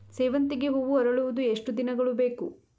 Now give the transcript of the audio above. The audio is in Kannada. ಸೇವಂತಿಗೆ ಹೂವು ಅರಳುವುದು ಎಷ್ಟು ದಿನಗಳು ಬೇಕು?